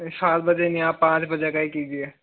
नहीं सात बजे नहीं आप पाँच बजे का ही कीजिये